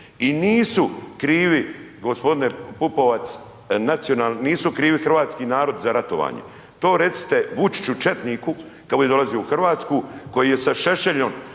I nisu krivi g. Pupovac, nisu krivi hrvatski narod za ratovanje. To recite Vučiću, četniku, kad bude dolazio u Hrvatsku, koji je sa Šešeljom